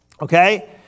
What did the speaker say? Okay